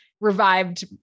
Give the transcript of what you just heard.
revived